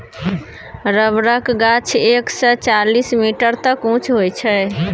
रबरक गाछ एक सय चालीस मीटर तक उँच होइ छै